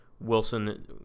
Wilson